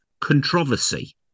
controversy